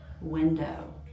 window